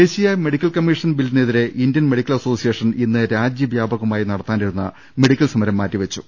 ദേശീയ medical commission ബില്ലിനെതിരേ Indian medical association ഇന്ന് രാജ്യവ്യാപകമായി നടത്താനിരുന്ന മെഡിക്കൽ സമരം മാറ്റിവെച്ചു